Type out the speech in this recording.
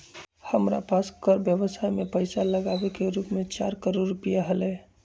हमरा पास कर व्ययवसाय में पैसा लागावे के रूप चार करोड़ रुपिया हलय